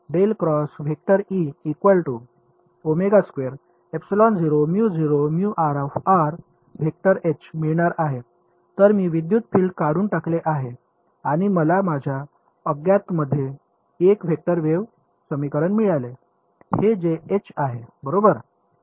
तर मी विद्युत फील्ड काढून टाकले आहे आणि मला माझ्या अज्ञात मध्ये 1 वेक्टर वेव्ह समीकरण मिळाले आहे जे एच आहे बरोबर